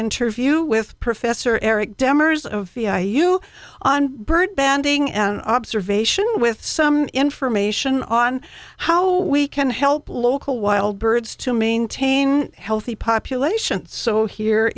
interview with professor eric demmer zofia you on bird banding an observation with some information on how we can help local wild birds to maintain healthy populations so here